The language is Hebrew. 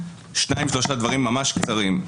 שניים-שלושה דברים ממש קצרים.